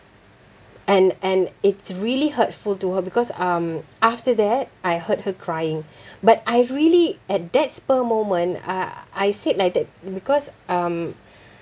and and it's really hurtful to her because um after that I heard her crying but I really at that spur moment uh I said like that because um